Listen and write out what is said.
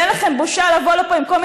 ואין לכם בושה לבוא לפה עם כל מיני